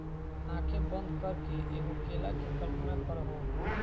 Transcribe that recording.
आँखें बंद करके एगो केला के कल्पना करहो